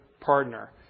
partner